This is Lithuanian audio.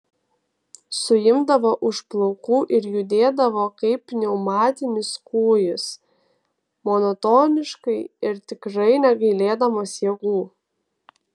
suimdavo už plaukų ir judėdavo kaip pneumatinis kūjis monotoniškai ir tikrai negailėdamas jėgų